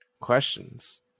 Questions